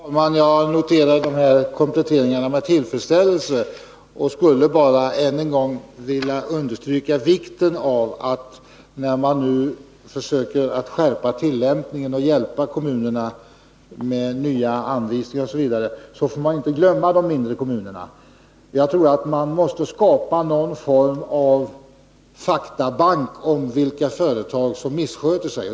Herr talman! Jag noterar dessa kompletteringar med tillfredsställelse och skulle bara än en gång vilja understryka vikten av att man inte glömmer bort de mindre kommunerna, när man nu försöker skärpa tillämpningen av gällande bestämmelser och hjälpa kommunerna med nya anvisningar m.m. Jag tror att man måste skapa någon form av faktabank om vilka företag som missköter sig.